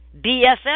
BFF